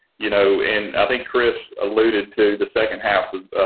you know in having chris alluded to the second happens ah.